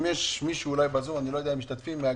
האם יש מישהו בזום מגני